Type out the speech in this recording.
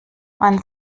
man